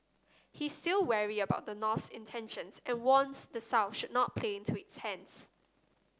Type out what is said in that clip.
he is still wary about the North's intentions and warns the South should not play into its hands